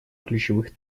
ключевых